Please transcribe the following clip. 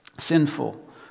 sinful